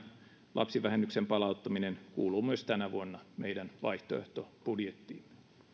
lapsivähennyksen palauttaminen kuuluu myös tänä vuonna meidän vaihtoehtobudjettiimme